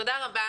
תודה רבה.